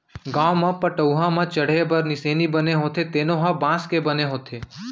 गाँव म पटअउहा म चड़हे बर निसेनी बने होथे तेनो ह बांस के बने होथे